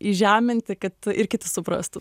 įžeminti kad ir kiti suprastų